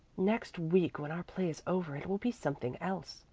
next week, when our play is over it will be something else,